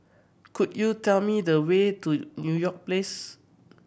could you tell me the way to You York Place